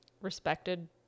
respected